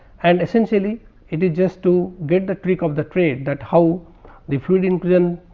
and essentially it is just to get the trick of the trade that how the fluid inclusion